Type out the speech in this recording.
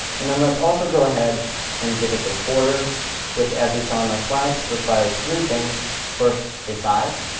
and then let's also go ahead and give it this border which, as we saw on my slides, requires three things first a size,